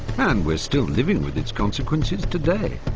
and we're still living with its consequences today,